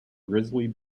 grizzly